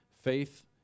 Faith